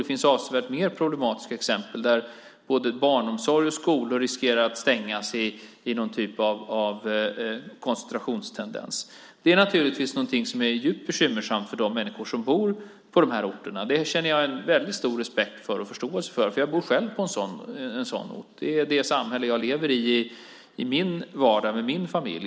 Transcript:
Det finns avsevärt mer problematiska exempel där både barnomsorg och skolor riskerar att stängas i någon typ av koncentrationstendens. Det är naturligtvis något som är djupt bekymmersamt för de människor som bor på de orterna. Det känner jag en väldigt stor respekt för och förståelse för. Jag bor själv på en sådan ort. Det är det samhälle jag lever i med min familj i min vardag.